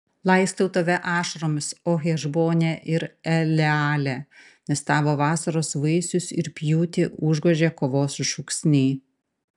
laistau tave ašaromis o hešbone ir eleale nes tavo vasaros vaisius ir pjūtį užgožė kovos šūksniai